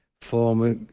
former